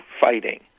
fighting